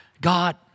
God